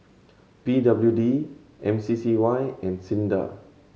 P W D M C C Y and SINDA